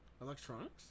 Electronics